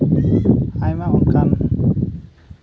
ᱟᱭᱢᱟ ᱚᱱᱠᱟᱱ